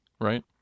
right